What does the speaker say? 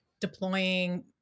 deploying